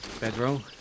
Bedroll